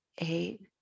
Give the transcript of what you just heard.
eight